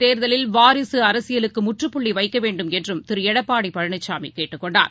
தேர்தலில் வாரிசுஅரசியலுக்குமுற்றுப்புள்ளிவைக்கவேண்டும் என்றம் இந்தத் திருளடப்பாடிபழனிசாமிகேட்டுக் கொண்டார்